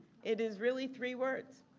it is really three words.